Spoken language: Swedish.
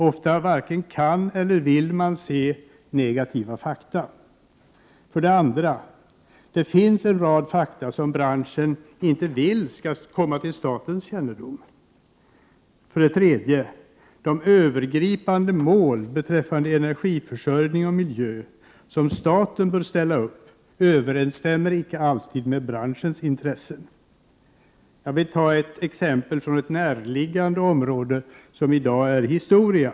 Ofta varken kan eller vill man se negativa fakta. 2. Det finns en rad fakta som branschen inte vill skall komma till statens kännedom. 3. De övergripande mål beträffande energiförsörjning och miljö som staten bör ställa upp överensstämmer icke alltid med branschens intressen. Jag vill ta ett exempel från ett närliggande område som i dag är historia.